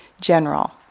general